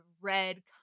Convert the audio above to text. red